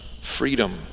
freedom